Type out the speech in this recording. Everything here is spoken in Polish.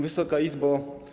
Wysoka Izbo!